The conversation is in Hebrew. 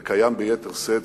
זה קיים ביתר שאת,